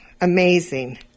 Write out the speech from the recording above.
amazing